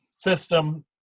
system